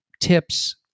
tips